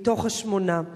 מהשמונה.